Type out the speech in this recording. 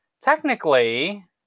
technically